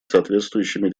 соответствующими